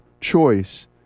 choice